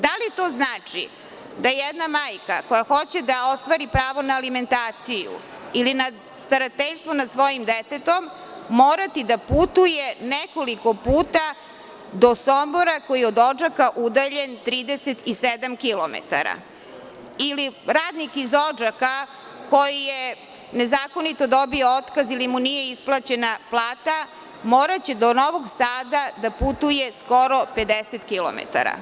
Da li to znači da će jedna majka koja hoće da ostvari pravo na alimentaciju ili na starateljstvo nad svojim detetom, morati da putuje nekoliko puta do Sombora, koji je od Odžaka udaljen 37 kilometara ili radnik iz Odžaka koji je nezakonito dobio otkaz ili mu nije isplaćena plata, moraće do Novog Sada da putuje skoro 50 kilometara.